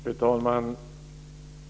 Fru talman!